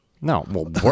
No